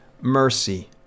Mercy